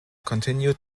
continued